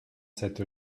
cette